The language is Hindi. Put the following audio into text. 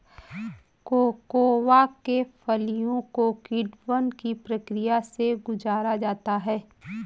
कोकोआ के फलियों को किण्वन की प्रक्रिया से गुजारा जाता है